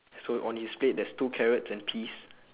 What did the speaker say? so on his plate there's two carrots and peas